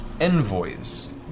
envoys